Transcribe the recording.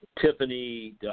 Tiffany